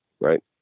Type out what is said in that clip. Right